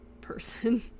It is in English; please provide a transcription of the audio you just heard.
person